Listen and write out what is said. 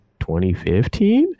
2015